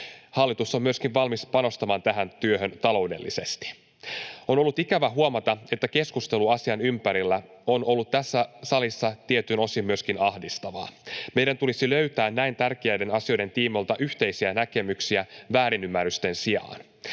Hallitus on myöskin valmis panostamaan tähän työhön taloudellisesti. On ollut ikävä huomata, että keskustelu asian ympärillä on ollut tässä salissa tietyin osin myöskin ahdistavaa. Meidän tulisi löytää näin tärkeiden asioiden tiimoilta yhteisiä näkemyksiä väärin-ymmärrysten sijaan.